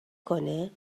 کنه